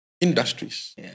Industries